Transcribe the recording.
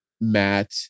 Matt